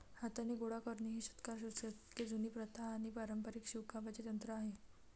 हाताने गोळा करणे ही शतकानुशतके जुनी प्रथा आणि पारंपारिक शिवणकामाचे तंत्र आहे